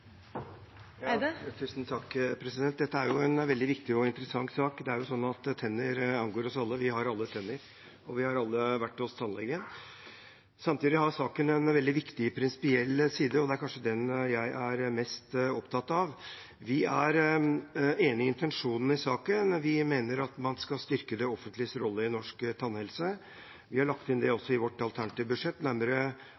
en veldig viktig og interessant sak. Tenner angår jo oss alle – vi har alle tenner, og vi har alle vært hos tannlegen. Samtidig har saken en veldig viktig prinsipiell side, og det er kanskje den jeg er mest opptatt av. Vi er enig i intensjonen i saken. Vi mener at man skal styrke det offentliges rolle i norsk tannhelse. Vi har lagt inn i vårt alternative budsjett nærmere 800 mill. kr til styrking av det